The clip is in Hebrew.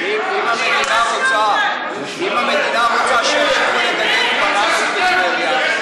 אם המדינה רוצה שהם יתחילו לגדל בננות בטבריה,